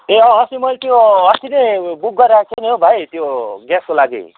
ए अँ अस्ति मैले त्यो अस्ति नै बुक गरिरहेको थिएँ नि भाइ त्यो ग्यासको लागि